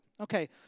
Okay